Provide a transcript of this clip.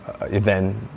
event